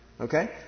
Okay